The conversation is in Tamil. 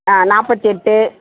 ஆ நாற்பத்தியெட்டு